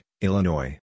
Illinois